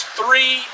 three